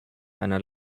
einer